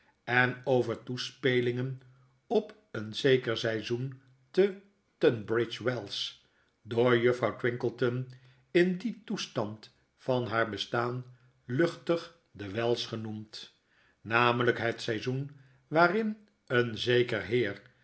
en over toespelingen op een zeker seizoen te tunbridge wells door juffrouw twinkleton in dien toestand van haar bestaan luchtig de wells genoemd namelijk het seizoen waarin een zeker heer